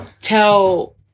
tell